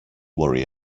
worry